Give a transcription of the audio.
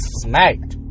smacked